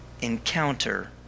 encounter